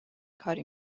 کاری